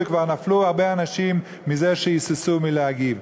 וכבר נפלו הרבה אנשים מזה שהיססו להגיב.